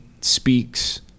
speaks